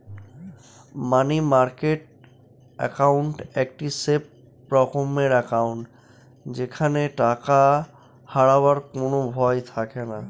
মানি market account একটি safe রকমের account যেখানে টাকা হারাবার কোনো ভয় থাকেনা